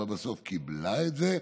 אבל בסוף קיבלה את זה,